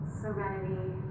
serenity